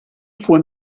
fue